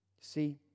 See